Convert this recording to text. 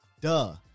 duh